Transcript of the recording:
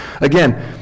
Again